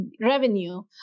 revenue